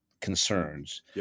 concerns